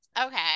Okay